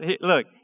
look